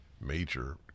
major